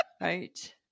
right